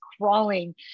crawling